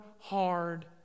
hard